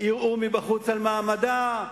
ערעור מבחוץ על מעמדה,